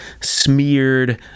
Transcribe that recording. smeared